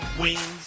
wings